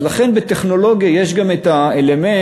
לכן בטכנולוגיה יש גם את האלמנט,